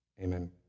amen